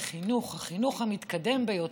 תכננתי להתחיל בפתיח אחר,